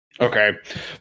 Okay